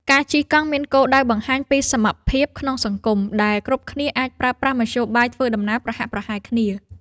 ការជិះកង់មានគោលដៅបង្ហាញពីសមភាពក្នុងសង្គម ដែលគ្រប់គ្នាអាចប្រើប្រាស់មធ្យោបាយធ្វើដំណើរប្រហាក់ប្រហែលគ្នា។